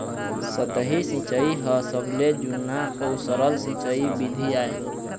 सतही सिंचई ह सबले जुन्ना अउ सरल सिंचई बिधि आय